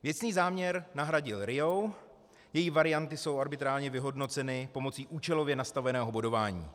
Věcný záměr nahradil RIA, její varianty jsou arbitrárně vyhodnoceny pomocí účelově nastaveného bodování.